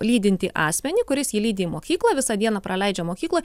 lydintį asmenį kuris jį lydi į mokyklą visą dieną praleidžia mokykloj